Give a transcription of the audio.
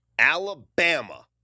Alabama